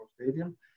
stadium